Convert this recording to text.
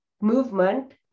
movement